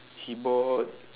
he bought